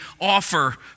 offer